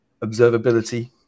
observability